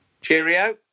Cheerio